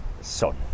son